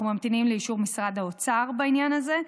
אנחנו ממתינים לאישור משרד האוצר בעניין הזה.